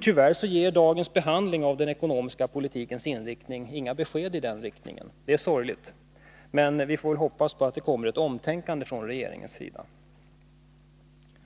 Tyvärr ger dagens behandling av frågan om den ekonomiska politikens inriktning inga besked i den riktningen. Det är sorgligt. Men vi får väl hoppas på ett omtänkande från regeringens sida.